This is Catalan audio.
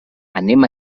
anem